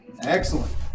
Excellent